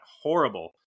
horrible